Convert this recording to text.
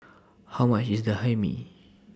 How much IS The Hae Mee